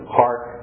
park